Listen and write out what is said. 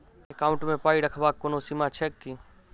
Account मे पाई रखबाक कोनो सीमा छैक की?